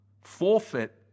forfeit